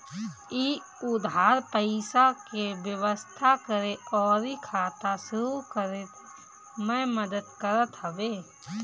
इ उधार पईसा के व्यवस्था करे अउरी खाता शुरू करे में मदद करत हवे